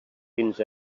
fins